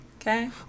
okay